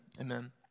amen